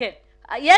זה לגבי